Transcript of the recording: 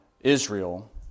Israel